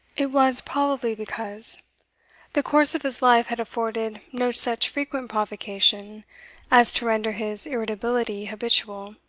it was probably because the course of his life had afforded no such frequent provocation as to render his irritability habitual.